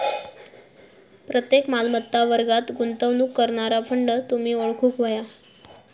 प्रत्येक मालमत्ता वर्गात गुंतवणूक करणारा फंड तुम्ही ओळखूक व्हया